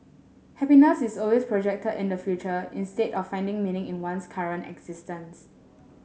happiness is always projected in the future instead of finding meaning in one's current existence